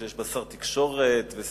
שיש בה שר תקשורת ושר